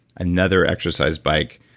another exercise bike.